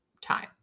time